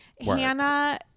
Hannah